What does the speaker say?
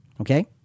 okay